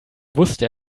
wusste